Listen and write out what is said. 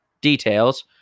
details